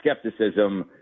skepticism –